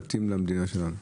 להתאים למדינה שלנו.